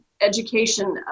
education